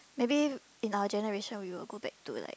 maybe in our generation we will go back to like